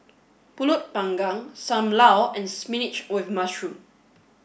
Pulut panggang Sam Lau and Spinach with Mushroom